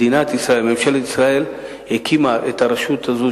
מדינת ישראל, ממשלת ישראל, הקימה את הרשות הזאת